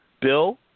Bill